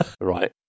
Right